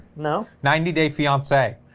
no ninety day fiance.